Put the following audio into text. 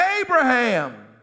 Abraham